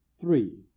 three